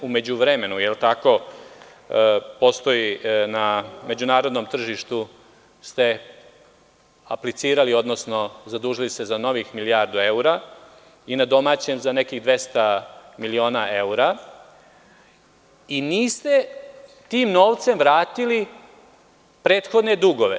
U međuvremenu na međunarodnom tržištu ste aplicirali, odnosno zadužili se za novih milijardu evra i na domaćem za nekih 200 miliona evra i niste tim novcem vratili prethodne dugove.